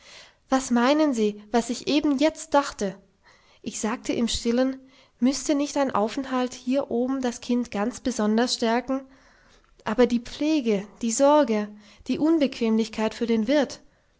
was meinen sie was ich eben jetzt dachte ich sagte im stillen müßte nicht ein aufenthalt hier oben das kind ganz besonders stärken aber die pflege die sorge die unbequemlichkeit für den wirt